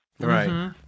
Right